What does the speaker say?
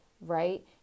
right